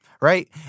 right